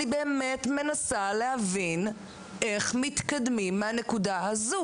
אני באמת מנסה להבין איך מתקדמים מהנקודה הזאת.